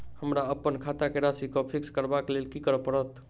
हमरा अप्पन खाता केँ राशि कऽ फिक्स करबाक लेल की करऽ पड़त?